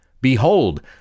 Behold